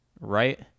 right